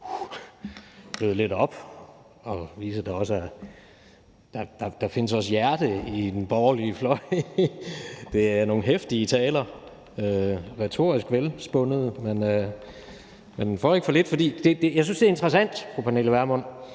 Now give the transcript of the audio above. bløde lidt op og vise, at der også findes hjerte på den borgerlige fløj. Det er nogle heftige taler, vi hører; retorisk velspundne, men den får ikke for lidt. Og jeg synes, det er interessant, fru Pernille Vermund,